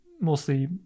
mostly